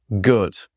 good